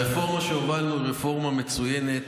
הרפורמה שהובלנו היא רפורמה מצוינת,